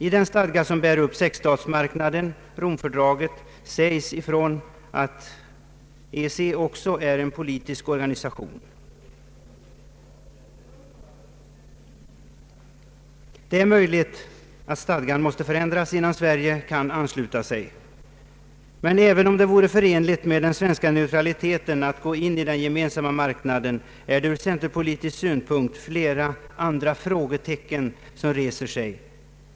I den stadga som bär upp sexstatsmarknaden, Romfördraget, sägs ifrån att EEC också är en politisk organisation. Det är möjligt att stadgan måste förändras innan Sverige kan ansluta sig. Även om det vore förenligt med den svenska neutraliteten att gå in i den gemensamma marknaden är det ur centerpolitisk synpunkt flera andra frågetecken som reser sig.